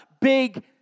big